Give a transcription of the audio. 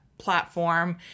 platform